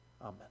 Amen